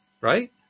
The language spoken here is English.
Right